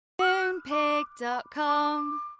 Moonpig.com